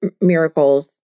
miracles